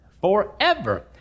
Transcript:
forever